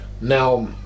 Now